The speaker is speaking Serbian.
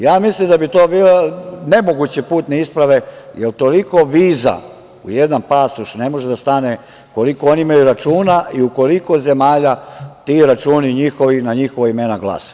Ja mislim da bi to bile nemoguće putne isprave, jer toliko viza u jedan pasoš ne može da stane koliko oni imaju računa i u koliko zemalja ti računi njihovi i na njihova imena glase.